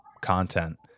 content